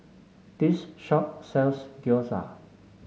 this shop sells Gyoza